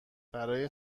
برای